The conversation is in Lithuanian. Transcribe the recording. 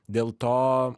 dėl to